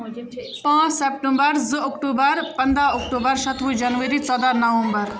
پانٛژھ سپٹمبر زٕ اکتوٗبر پنٛداہ اکتوٗبر شتوُہ جنؤری ژۄداہ نومبر